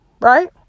Right